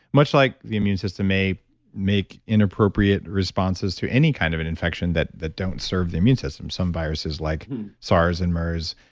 much like the immune system may make inappropriate responses to any kind of an infection that that don't serve the immune system. some viruses like sars and mers,